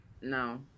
No